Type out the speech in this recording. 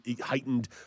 heightened